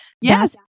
yes